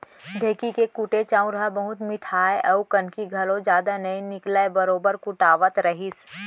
ढेंकी के कुटे चाँउर ह बहुत मिठाय अउ कनकी घलौ जदा नइ निकलय बरोबर कुटावत रहिस